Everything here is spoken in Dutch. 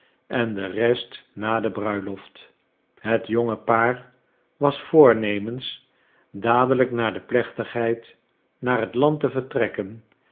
en de rest na de bruiloft het jonge paar was voornemens dadelijk na de plechtigheid naar het land te vertrekken